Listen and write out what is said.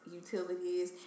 utilities